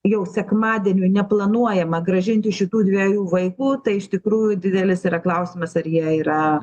jau sekmadieniui neplanuojama grąžinti šitų dviejų vaikų tai iš tikrųjų didelis yra klausimas ar jie yra